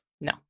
No